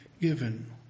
given